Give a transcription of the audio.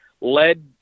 led